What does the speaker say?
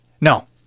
No